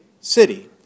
city